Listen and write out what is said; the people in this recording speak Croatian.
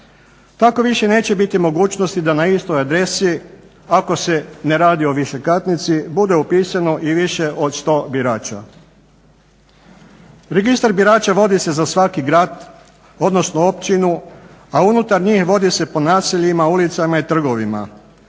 Tako više neće biti mogućnosti da na istoj adresi ako se ne radi o višekatnici bude upisano i više od 100 birača. Registar birača vodi se za svaki grad, odnosno općinu, a unutar njih vodi se po naseljima, ulicama i trgovima.